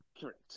correct